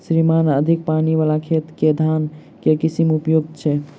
श्रीमान अधिक पानि वला खेत मे केँ धान केँ किसिम उपयुक्त छैय?